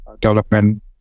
development